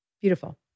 Beautiful